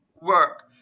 work